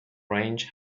range